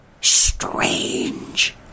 strange